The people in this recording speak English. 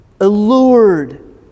allured